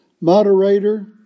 moderator